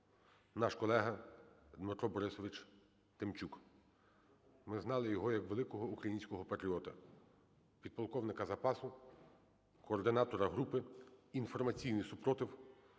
наш колега Дмитро Борисович Тимчук. Ми знали його як великого українського патріота, підполковника запасу, координатора групи "Інформаційний спротив",